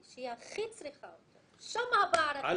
שהיא צריכה אותו.